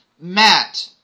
Matt